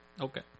Okay